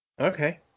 Okay